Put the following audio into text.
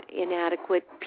inadequate